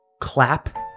clap